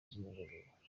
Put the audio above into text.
z’umugoroba